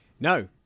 No